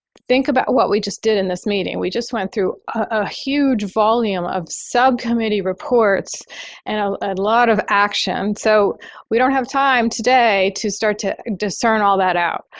think about what we just did in this meeting. we just went through a huge volume of subcommittee reports and ah ah lot of action. so we don't have time today to start to discern all that out.